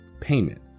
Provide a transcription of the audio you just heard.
payment